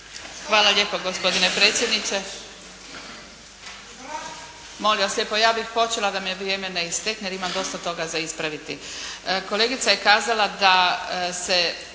Hvala lijepa gospodine predsjedniče. Molim vas lijepo, ja bih počela da mi vrijeme ne istekne, jer imam dosta toga za ispraviti. Kolegica je kazala da se